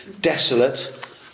desolate